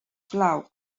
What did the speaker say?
plau